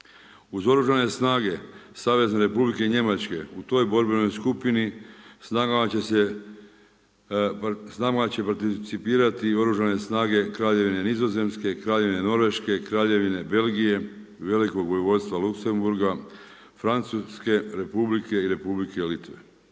Uz oružane snage Savezne Republike Njemačke, u toj borbenoj skupini s nama će participirati i oružane snage Kraljevine Nizozemske, Kraljevine Norveške, Kraljevine Belgije i Velikog Vojvodstva Luksemburga, Francuske Republike i Republike Litve.